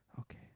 Okay